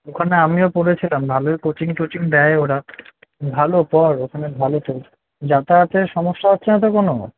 ওখানে আমিও পড়েছিলাম ভালোই কোচিং টোচিং দেয় ওরা ভালো পড় ওখানে ভালো তো যাতায়াতের সমস্যা হচ্ছে না তো কোনো